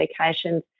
medications